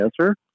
answer